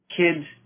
kids